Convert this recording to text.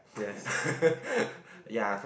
yes